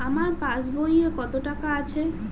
আমার পাস বইয়ে কত টাকা আছে?